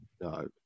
No